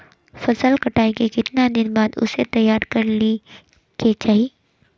फसल कटाई के कीतना दिन बाद उसे तैयार कर ली के चाहिए?